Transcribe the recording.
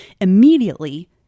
immediately